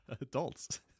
adults